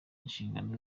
inshingano